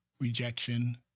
rejection